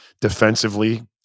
Defensively